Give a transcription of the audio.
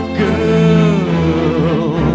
girl